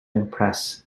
impress